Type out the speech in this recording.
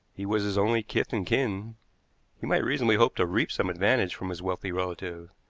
he was his only kith and kin he might reasonably hope to reap some advantage from his wealthy relative.